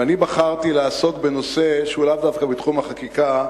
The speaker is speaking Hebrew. ואני בחרתי לעסוק בנושא שהוא לאו דווקא בתחום החקיקה,